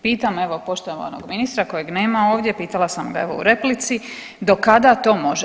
Pitam evo poštovanog ministra kojeg nema ovdje, pitala sam ga evo u replici do kada to može?